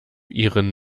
ihren